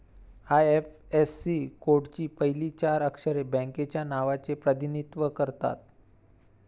IFSC कोडची पहिली चार अक्षरे बँकेच्या नावाचे प्रतिनिधित्व करतात